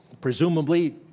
presumably